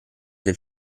del